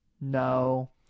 no